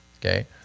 Okay